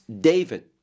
david